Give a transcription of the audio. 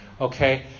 Okay